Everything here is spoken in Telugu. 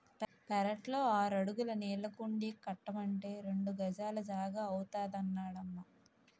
పెరట్లో ఆరడుగుల నీళ్ళకుండీ కట్టమంటే రెండు గజాల జాగా అవుతాదన్నడమ్మా